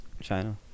China